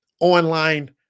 online